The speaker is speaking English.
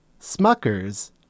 Smuckers